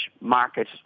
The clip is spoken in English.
market